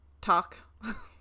talk